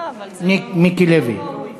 מיקי לוי.